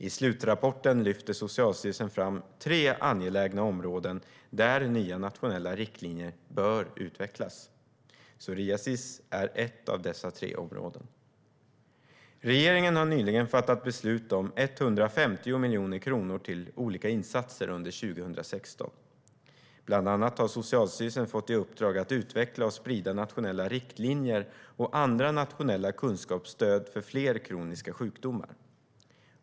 I slutrapporten lyfter Socialstyrelsen fram tre angelägna områden där nya nationella riktlinjer bör utvecklas. Psoriasis är ett av dessa tre områden. Regeringen har nyligen fattat beslut om 150 miljoner kronor till olika insatser under 2016. Bland annat har Socialstyrelsen fått i uppdrag att utveckla och sprida nationella riktlinjer och andra nationella kunskapsstöd för fler kroniska sjukdomar.